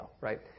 right